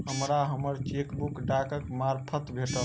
हमरा हम्मर चेकबुक डाकक मार्फत भेटल